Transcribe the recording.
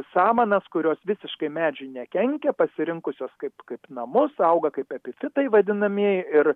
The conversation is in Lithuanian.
samanas kurios visiškai medžiui nekenkia pasirinkusios kaip kaip namus auga kaip epifitai vadinamieji ir